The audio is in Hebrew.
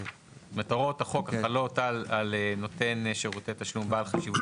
"הוראות החוק החלות על נותן שירותי תשלום בעל חשיבות